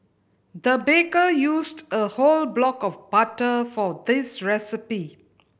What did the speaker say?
the baker used a whole block of butter for this recipe